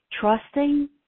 trusting